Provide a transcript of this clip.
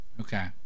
Okay